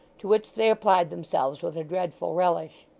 to which they applied themselves with a dreadful relish.